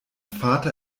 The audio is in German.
vater